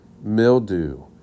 mildew